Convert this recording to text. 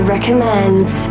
Recommends